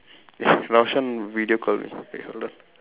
eh Raushan video call okay hold on